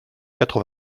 quatre